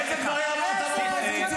חבר הכנסת אבוטבול.